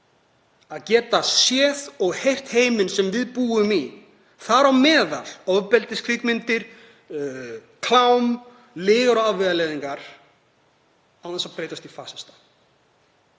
að geta séð og heyrt heiminn sem við búum í, þar á meðal ofbeldiskvikmyndir, klám, lygar og afvegaleiðingar, án þess að breytast í fasista.